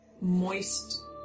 moist